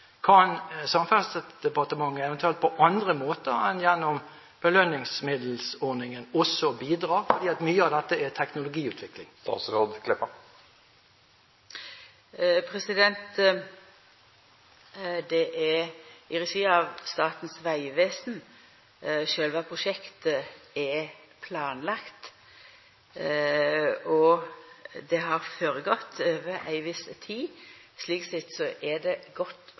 Kan Samferdselsdepartementet, eventuelt på andre måter enn gjennom belønningsordningen, også bidra – fordi mye av dette er teknologiutvikling? Det er i regi av Statens vegvesen sjølve prosjektet er planlagt, og det har føregått over ei viss tid. Slik sett er det godt